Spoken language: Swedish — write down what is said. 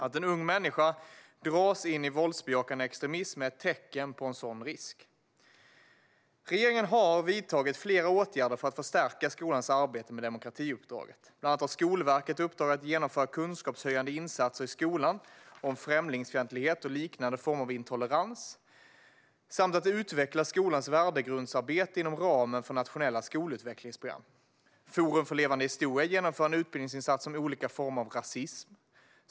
Att en ung människa dras in i våldsbejakande extremism är ett tecken på en sådan risk. Regeringen har redan vidtagit flera åtgärder för att förstärka skolans arbete med demokratiuppdraget. Bland annat har Skolverket uppdraget att genomföra kunskapshöjande insatser i skolan om främlingsfientlighet och liknande former av intolerans samt att utveckla skolans värdegrundsarbete inom ramen för nationella skolutvecklingsprogram. Forum för levande historia genomför en utbildningsinsats om olika former av rasism.